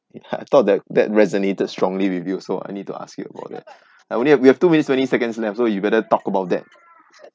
ya I thought that that resonated strongly with you so I need to ask you about that I only have we have two minutes twenty seconds left so you better talk about that